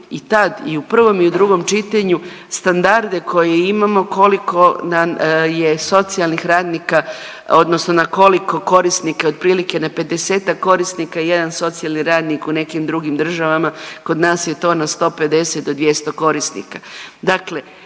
i u prvom i u drugom čitanju standarde koje imamo koliko nam je socijalnih radnika odnosno na koliko korisnika je otprilike. Na 50-ak korisnika je jedan socijalni radnik u nekim drugim državama, kod nas je to na 150 do 200 korisnika.